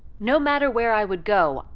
no matter where i would go,